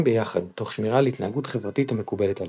ביחד תוך שמירה על התנהגות חברתית המקובלת עליהם..